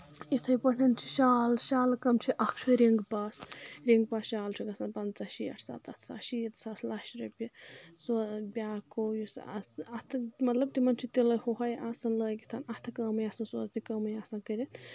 یِتھٕے پٲٹھۍ چھِ شال شالہٕ کٲم چھِ اَکھ چھُ رِنٛگ پاس رِنٛگ پاس شال چھُ گژھان پَنژاہ شیٹھ سَتَتھ ساس شیٖتھ ساس لَچھ رۄپیہِ سُہ بیاکھ ہُہ یُس آسان چھُ تِلٲے ہُہ آسَان لٲگِتھ اَتھٕ کٲمٕے آسَان سوزنہِ کٲمٕے آسان کٔرِتھ